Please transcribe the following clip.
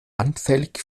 anfällig